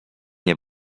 nie